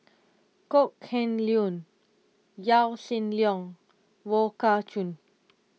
Kok Heng Leun Yaw Shin Leong Wong Kah Chun